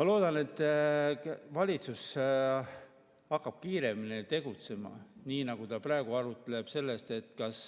Ma loodan, et valitsus hakkab kiiremini tegutsema, nii nagu ta praegu arutleb selle üle, et kas